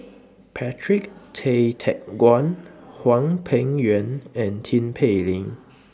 Patrick Tay Teck Guan Hwang Peng Yuan and Tin Pei Ling